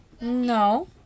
No